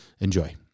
Enjoy